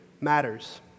matters